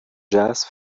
jazz